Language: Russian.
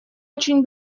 очень